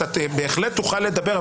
אתה בהחלט תוכל לדבר,